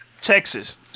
Texas